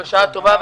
כל